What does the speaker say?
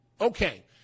Okay